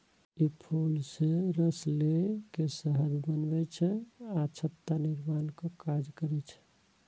ई फूल सं रस लए के शहद बनबै छै आ छत्ता निर्माणक काज करै छै